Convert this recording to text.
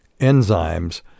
enzymes